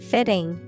Fitting